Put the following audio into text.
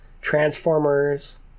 Transformers